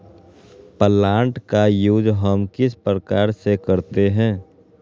Plant का use हम किस प्रकार से करते हैं?